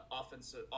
offensive